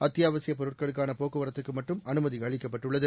அத்தியாவசியப் பொருட்களுக்கான போக்குவரத்துக்கு மட்டும் அனுமதி அளிக்கப்பட்டுள்ளது